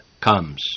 comes